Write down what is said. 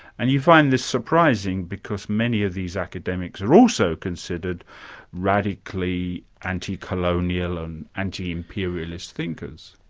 and you find this surprising because many of these academics are also considered radically anti-colonial and anti-imperialist thinkers?